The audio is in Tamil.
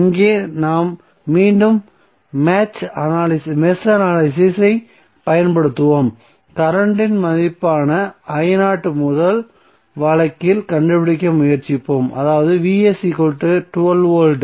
இங்கே நாம் மீண்டும் மேட்ச் அனலிசிஸ் ஐ பயன்படுத்துவோம் கரண்ட்ம் மதிப்பான ஐ முதல் வழக்கில் கண்டுபிடிக்க முயற்சிப்போம் அதாவது 12 வோல்ட்